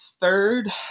third